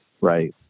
right